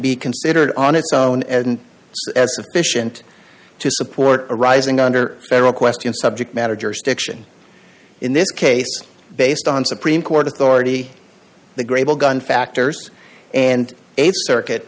be considered on its own as an efficient to support arising under federal question subject matter jurisdiction in this case based on supreme court authority the grable gun factors and a circuit